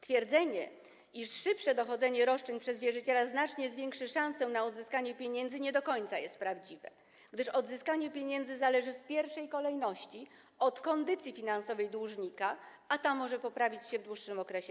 Twierdzenie, iż szybsze dochodzenie roszczeń przez wierzyciela znacznie zwiększy szansę na odzyskanie pieniędzy, nie do końca jest prawdziwe, gdyż odzyskanie pieniędzy zależy w pierwszej kolejności od kondycji finansowej dłużnika, a ta może poprawić się w dłuższym okresie.